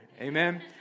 Amen